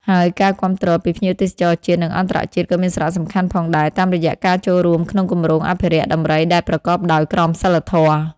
ហើយការគាំទ្រពីភ្ញៀវទេសចរជាតិ និងអន្តរជាតិក៏មានសារៈសំខាន់ផងដែរ តាមរយៈការចូលរួមក្នុងគម្រោងអភិរក្សដំរីដែលប្រកបដោយក្រមសីលធម៌។